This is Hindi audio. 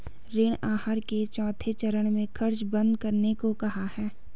ऋण आहार के चौथे चरण में खर्च बंद करने को कहा है